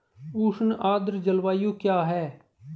उष्ण आर्द्र जलवायु क्या है?